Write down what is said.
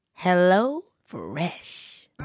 HelloFresh